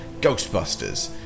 Ghostbusters